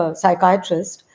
psychiatrist